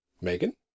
Megan